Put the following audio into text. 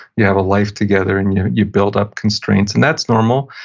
you have a life together, and you you build up constraints and that's normal.